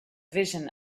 vision